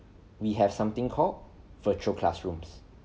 we have something called virtual classrooms